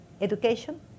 education